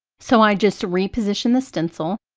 so i just reposition the stencil